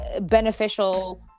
beneficial